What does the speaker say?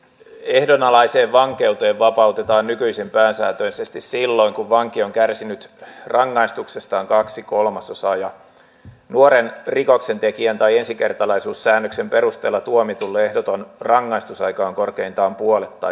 ehdonalaiseen vankeuteen vapautetaan nykyisin pääsääntöisesti silloin kun vanki on kärsinyt rangaistuksestaan kaksi kolmasosaa ja nuoren rikoksentekijän tai ensikertalaisuussäännöksen perusteella tuomitun ehdoton rangaistusaika on korkeintaan puolet tai sitä vähemmän